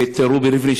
ואת רובי ריבלין,